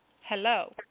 Hello